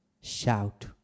Shout